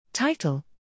Title